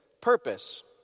purpose